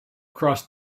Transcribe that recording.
crossed